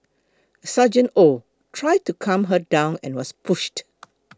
Sergeant Oh tried to calm her down and was pushed